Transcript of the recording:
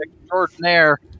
extraordinaire